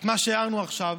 את מה שהערנו עכשיו,